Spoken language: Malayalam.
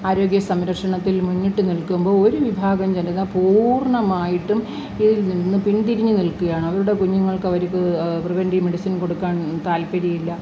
ആരോഗ്യ സംരക്ഷണത്തിൽ മുന്നിട്ട് നിൽക്കുമ്പോൾ ഒരു വിഭാഗം ജനത പൂർണ്ണമായിട്ടും ഇതിൽ നിന്നും പിന്തിരിഞ്ഞു നിൽക്കുകയാണ് അവരുടെ കുഞ്ഞുങ്ങൾക്ക് അവർക്ക് പ്രിവൻ്റീവ് മെഡിസിൻ കൊടുക്കാൻ താല്പര്യം ഇല്ല